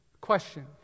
Question